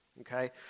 Okay